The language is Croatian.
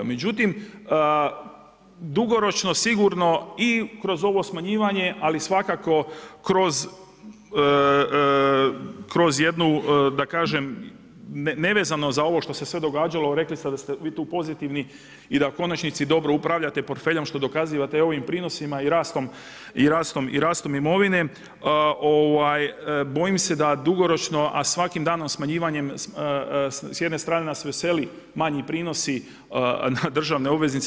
Međutim dugoročno sigurno i kroz ovo smanjivanje, ali svakako kroz jednu nevezano za ovo sve što se događalo, rekli ste da ste vi tu pozitivni i da u konačnici dobro upravljate portfeljem što dokazujete i ovim prinosima i rastom imovine, bojim se da dugoročno, a svakim danom smanjivanjem s jedne strane nas veseli manji prinosi na državne obveznice.